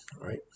right